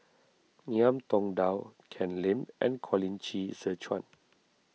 Ngiam Tong Dow Ken Lim and Colin Qi Zhe Quan